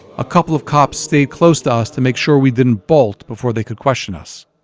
a couple of cops stayed close to us to make sure we didn't bolt before they could question us